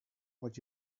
what